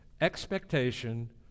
expectation